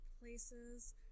places